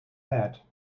head